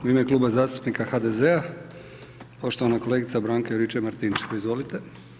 U ime Kluba zastupnika HDZ-a poštovana kolega Branka Juričev Martinčev, izvolite.